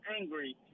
angry